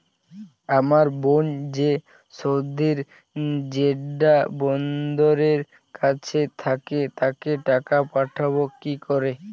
আমার বোন যে সৌদির জেড্ডা বন্দরের কাছে থাকে তাকে টাকা পাঠাবো কি করে?